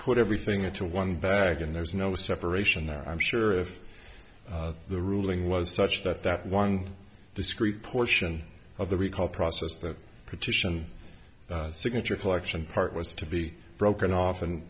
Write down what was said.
put everything into one back and there's no separation there i'm sure if the ruling was such that that one discrete portion of the recall process that petition signature collection part was to be broken of